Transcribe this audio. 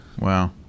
wow